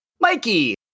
Mikey